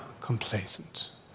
complacent